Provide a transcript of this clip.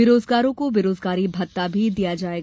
बेरोजगारों को बेरोजगारी भत्ता भी दिया जायेगा